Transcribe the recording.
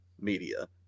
media